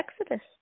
Exodus